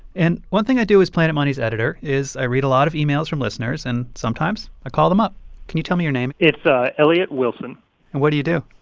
and one thing i do as planet money's editor is i read a lot of emails from listeners. and sometimes, i call them up can you tell me your name? it's ah elliot wilson and what do you do?